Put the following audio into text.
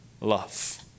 love